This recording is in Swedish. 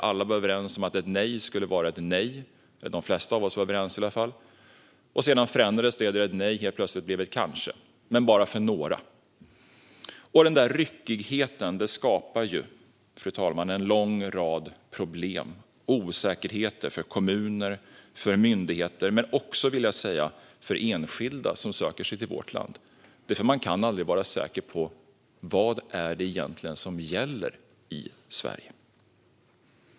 Alla var överens om att ett nej skulle vara ett nej - åtminstone de flesta av oss var överens om det. Sedan förändrades det så att ett "nej" blev ett "kanske", men bara för några. Denna ryckighet skapar, fru talman, en lång rad problem, till exempel osäkerhet för kommuner och myndigheter. Det skapar även en osäkerhet för enskilda som söker sig till vårt land, för man kan aldrig vara säker på vad som egentligen gäller i Sverige.